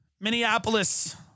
Minneapolis